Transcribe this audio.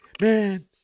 man